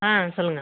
ஆ சொல்லுங்கள்